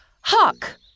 Hawk